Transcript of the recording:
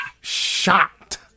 Shocked